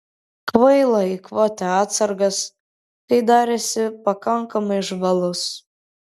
kvaila eikvoti atsargas kai dar esi pakankamai žvalus